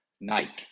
Nike